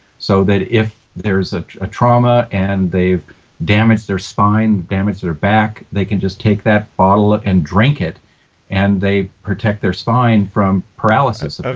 so that if there's a trauma and they've damaged their spine, damaged their back, they can just take that bottle and drink it and they protect their spine from paralysis.